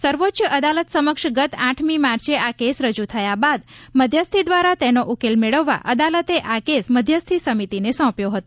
સર્વોચ્ચ અદાલત સમક્ષ ગત આઠમી માર્ચે આ કેસ રજૂ થયા બાદ મધ્યસ્થી દ્વારા તેનો ઉકેલ મેળવવા અદાલતે આ કેસ મધ્યસ્થી સમિતિને સોંપ્યો હતો